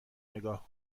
نگاه